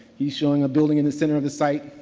he's showing a building in the center of the site,